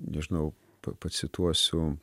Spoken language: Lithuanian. nežinau pacituosiu